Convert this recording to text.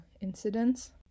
incidents